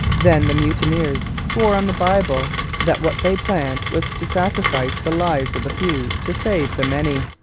then the mutineers swore on the bible that what they planned was to sacrifice the lives of the few to save the many.